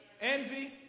envy